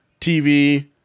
TV